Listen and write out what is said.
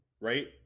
right